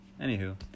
Anywho